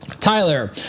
Tyler